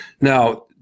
Now